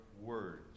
words